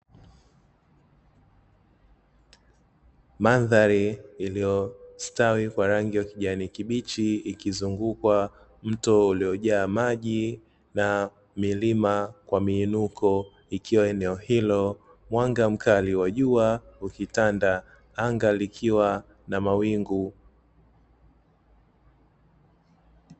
Mandhari iliyostawi kwa rangi ya kijani kibichi ikizunguka mto uliojaa maji na milima kwa miinuko ikiwa eneo hilo, mwanga mkali wa jua ukitanda anga likiwa na mawingu.